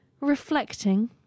reflecting